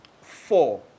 Four